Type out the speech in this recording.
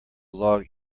log